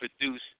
produce